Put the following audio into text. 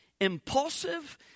Impulsive